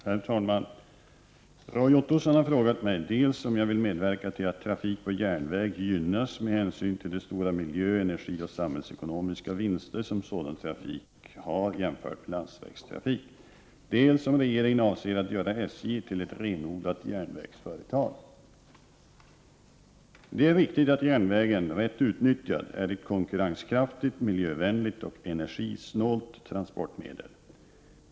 Herr talman! Roy Ottosson har frågat mig dels om jag vill medverka till att trafik på järnväg gynnas med hänsyn till de stora miljö-, energioch samhällsekonomiska vinster sådan trafik har jämfört med landsvägstrafik, dels om regeringen avser att göra SJ till ett renodlat järnvägsföretag. Det är riktigt att järnvägen rätt utnyttjad är ett konkurrenskraftigt, miljövänligt och energisnålt transportmedel.